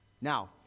Now